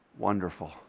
Wonderful